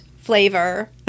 flavor